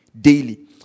Daily